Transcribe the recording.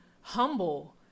humble